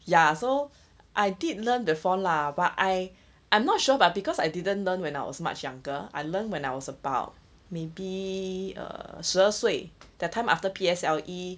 ya so I did learn the form lah but I I'm not sure but because I didn't learn when I was much younger I learned when I was about maybe err 十二岁 that time after P_S_L_E